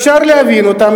אפשר להבין אותן,